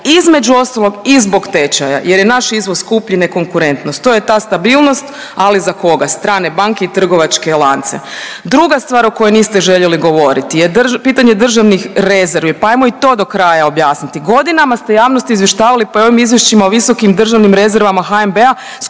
između ostalog i zbog tečaja jer je naš izvoz skuplji i ne konkurentnost. To je ta stabilnost, ali za koga? Strane banke i trgovačke lance. Druga stvar o kojoj niste željeli govoriti je pitanje državnih rezervi pa ajmo to do kraja objasniti. Godinama ste javnost izvještavali pa i u ovim izvješćima o visokim državnim rezervama HNB-a